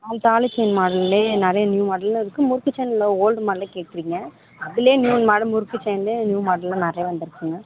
தாலிச்செயின் மாடல்லே நிறைய நியூ மாடலும் இருக்கு முறுக்கு செயினில் ஓல்டு மாடலே கேட்குறீங்க அதுல நியூ மாடல் முறுக்கு செயின்ல நியூ மாடல் எல்லாம் நிறையா வந்துருக்குங்க